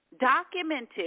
Documented